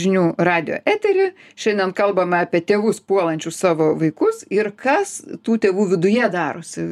žinių radijo eterį šiandien kalbame apie tėvus puolančius savo vaikus ir kas tų tėvų viduje darosi